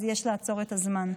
אז יש לעצור את הזמן.